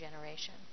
generation